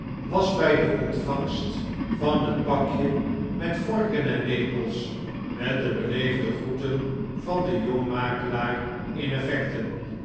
was bij de ontvangst van het pakje met vorken en lepels met de beleefde groeten van den jongen makelaar in effecten